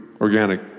organic